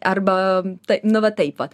arba na va taip vat